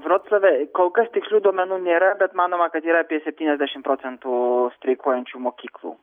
vroclave kol kas tikslių duomenų nėra bet manoma kad yra apie septyniasdešim procentų streikuojančių mokyklų